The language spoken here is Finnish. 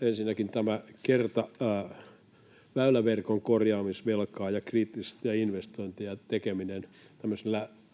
Ensinnäkin tämä väyläverkon korjaamisvelka ja kriittisten investointien tekeminen tämmöisillä